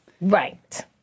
Right